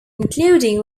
including